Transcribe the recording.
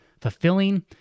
fulfilling